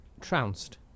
trounced